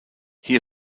hier